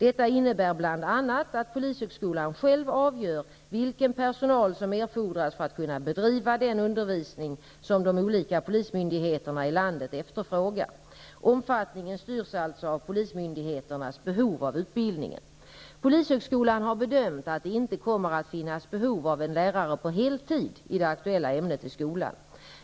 Detta innebär bl.a. att polishögskolan själv avgör vilken personal som erfordras för att kunna bedriva den undervisning som de olika polismyndigheterna i landet efterfrågar. Omfattningen styrs alltså av polismyndigheternas behov av utbildningen. Polishögskolan har bedömt att det inte kommer att finnas behov av en lärare på heltid i det aktuella ämnet vid skolan.